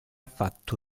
fatto